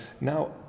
now